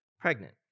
pregnant